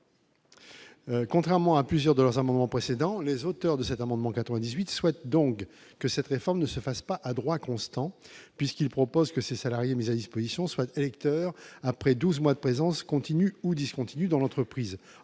Contrairement à plusieurs de leurs amendements précédant les auteurs de cet amendement 98 souhaite donc que cette réforme ne se fasse pas à droit constant, puisqu'il propose que ces salariés mis à disposition soit électeurs après 12 mois de présence continu ou discontinu dans l'entreprise,